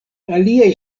aliaj